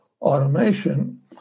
automation